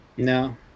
No